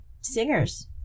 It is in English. singers